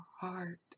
heart